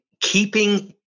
keeping